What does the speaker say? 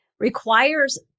Requires